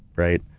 right?